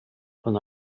von